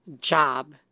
job